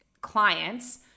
clients